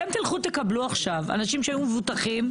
אתם תלכו תקבלו עכשיו אנשים שהיו מבוטחים,